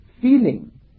feeling